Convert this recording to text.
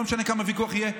לא משנה כמה ויכוח יהיה,